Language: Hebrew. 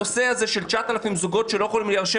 הנושא של 9,000 זוגות שלא יכולים להירשם